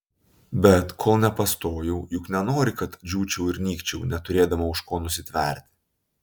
bet kol nepastojau juk nenori kad džiūčiau ir nykčiau neturėdama už ko nusitverti